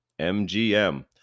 MGM